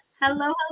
hello